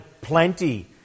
plenty